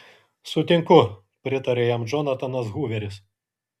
sutinku pritarė jam džonatanas huveris